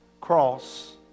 cross